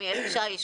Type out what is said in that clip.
או מאלי שיש,